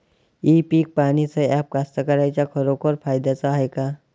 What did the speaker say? इ पीक पहानीचं ॲप कास्तकाराइच्या खरोखर फायद्याचं हाये का?